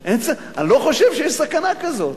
אני לא חושב שיש סכנה כזאת,